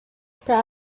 proud